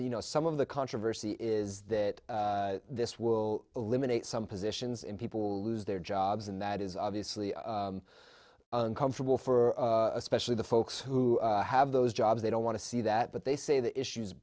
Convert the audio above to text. you know some of the controversy is that this will eliminate some positions in people lose their jobs and that is obviously uncomfortable for especially the folks who have those jobs they don't want to see that but they say the issues